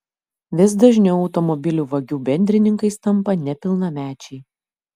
vis dažniau automobilių vagių bendrininkais tampa nepilnamečiai